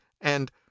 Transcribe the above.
And